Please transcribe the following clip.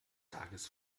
tages